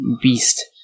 beast-